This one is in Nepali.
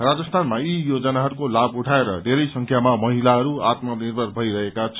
राजस्थानमा यी योजनाहरूको लाभ उठाएर धेरै संख्यामा महिलाहरू आत्मानिर्भर भइरहेका छन्